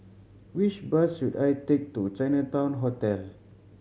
which bus should I take to Chinatown Hotel